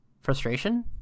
Frustration